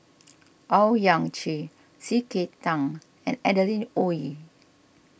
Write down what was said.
Owyang Chi C K Tang and Adeline Ooi